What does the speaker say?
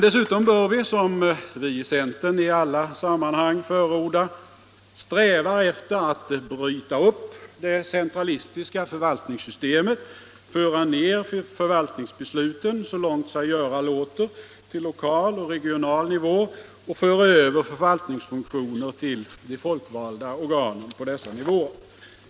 Dessutom bör vi, som centern i alla sammanhang förordar, sträva JO-ämbetets efter att bryta upp det centralistiska förvaltningssystemet, föra ner för — uppgifter och valtningsbesluten så långt sig göra låter till lokal och regional nivå och = organisation föra över förvaltningsfunktioner till de folkvalda organen på dessa nivåer.